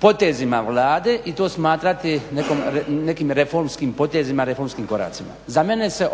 potezima Vlade i to smatrati nekim reformskim potezima, reformskim koracima. Za mene se